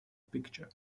picture